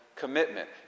commitment